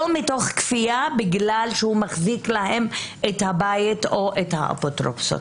לא מתוך כפייה בגלל שהוא מחזיק להם את הבית או את האפוטרופסות.